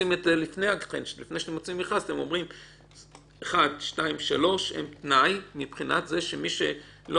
לפני שאתם מוציאים מכרז אתם קובעים שמי שיש לו